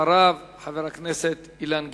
ואחריו, חבר הכנסת אילן גילאון.